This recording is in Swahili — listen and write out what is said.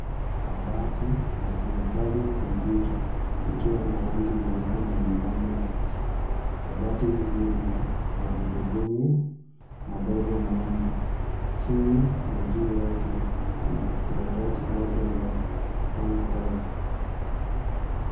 Kabati la kuhifadhi kompyuta, likiwa na rangi nyeupe na milango mieusi. Kabati hili lina magurudumu madogo manne. Chini na juu yake kuna karatasi labda za kufanya kazi.